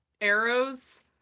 arrows